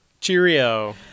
Cheerio